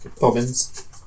Bobbins